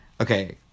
Okay